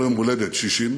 לו יום-הולדת 60,